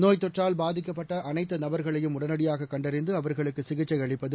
நோய்த் தொற்றால் பாதிக்கப்பட்ட அனைத்து நபர்களையும் உடனடியாக கண்டறிந்து அவர்களுக்கு சிகிச்சை அளிப்பது